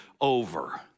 over